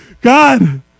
God